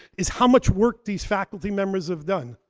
is how much work these faculty members have done.